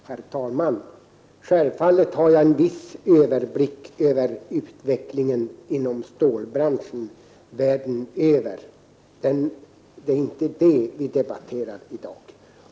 Herr talman! Självfallet har jag en viss överblick när det gäller utvecklingen inom stålbranschen världen över. Det är inte detta vi debatterar i dag.